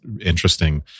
interesting